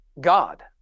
God